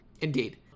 Indeed